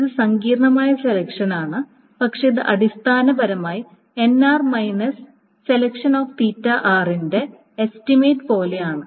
ഇത് സങ്കീർണ്ണമായ സെലക്ഷൻ ആണ് പക്ഷേ ഇത് അടിസ്ഥാനപരമായി nr മൈനസ് ന്റെ എസ്റ്റിമേറ്റ് പോലെയാണ്